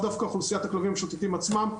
דווקא אוכלוסיית הכלבים המשוטטים עצמם,